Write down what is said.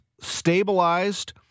stabilized